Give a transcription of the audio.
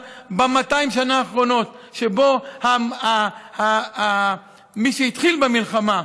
ב-200 שנה האחרונות שבה מי שהתחיל במלחמה,